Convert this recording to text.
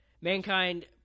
Mankind